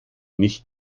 nicht